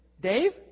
Dave